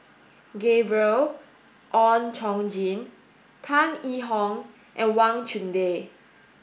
Gabriel Oon Chong Jin Tan Yee Hong and Wang Chunde